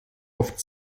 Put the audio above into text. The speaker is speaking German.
oft